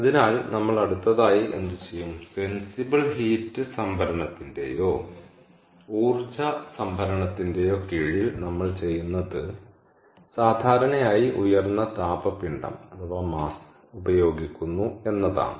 അതിനാൽ നമ്മൾ അടുത്തതായി എന്തുചെയ്യും സെന്സിബിൽ ഹീറ്റ് സംഭരണത്തിന്റെയോ ഊർജ്ജ സംഭരണത്തിന്റെയോ കീഴിൽ നമ്മൾ ചെയ്യുന്നത് സാധാരണയായി ഉയർന്ന താപ പിണ്ഡം ഉപയോഗിക്കുന്നു എന്നതാണ്